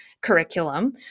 curriculum